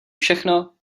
všechno